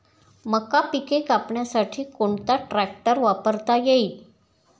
मका पिके कापण्यासाठी कोणता ट्रॅक्टर वापरता येईल?